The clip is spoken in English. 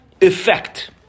effect